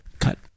Cut